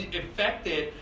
affected